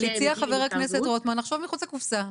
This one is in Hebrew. אבל הציע חבר הכנסת רוטמן לחשוב מחוץ לקופסה.